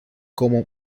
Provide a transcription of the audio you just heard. como